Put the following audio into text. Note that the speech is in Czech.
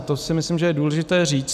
To si myslím, že je důležité říct.